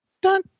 Dun